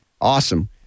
Awesome